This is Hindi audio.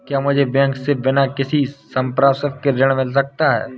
क्या मुझे बैंक से बिना किसी संपार्श्विक के ऋण मिल सकता है?